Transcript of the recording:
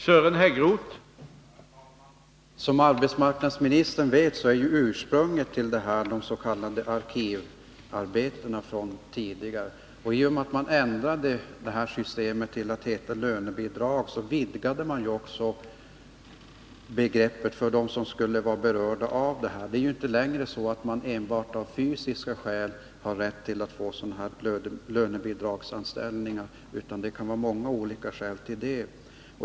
Herr talman! Som arbetsmarknadsministern vet ersatte lönebidragsanställningen de tidigare arkivarbetena. I och med att man övergick till systemet med lönebidrag vidgade man också kretsen av berörda. Det är inte längre så att det enbart är fysiska skäl som utgör grund för lönebidragsanställningar, utan sådana kan inrättas av många olika skäl.